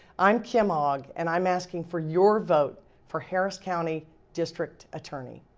i'm kim ogg and i'm asking for your vote for harris county district attorney.